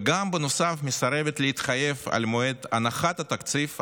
ובנוסף מסרבת להתחייב על מועד הנחת התקציב החדש,